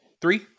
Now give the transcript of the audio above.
Three